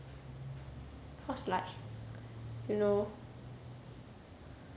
cause like you know